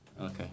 Okay